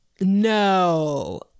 no